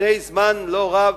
לפני זמן לא רב